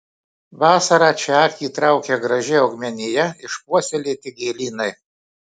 vasarą čia akį traukia graži augmenija išpuoselėti gėlynai